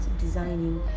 designing